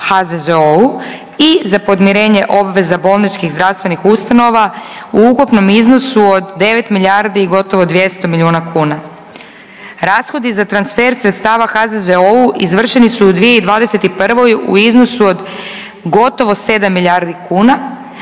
HZZO-u i za podmirenje obveza bolničkih zdravstvenih ustanova u ukupnom iznosu od 9 milijardi i gotovo 200 milijuna kuna. Rashodi za transfer sredstava HZZO-u izvršeni su u 2021. u iznosu od gotovo 7 milijardi kuna,